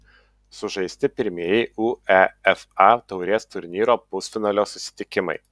sužaisti pirmieji uefa taurės turnyro pusfinalio susitikimai